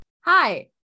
Hi